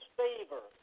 favor